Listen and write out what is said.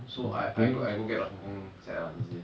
so I I go I go get the hong kong set ah is it